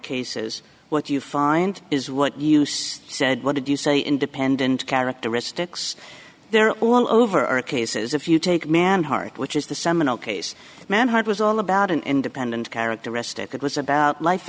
cases what you find is what you use said what to do say independent characteristics they're all over our cases if you take man heart which is the seminal case manhood was all about an independent characteristic it was about life